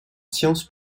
sciences